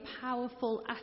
powerful